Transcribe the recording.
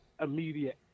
immediate